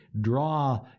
draw